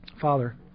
Father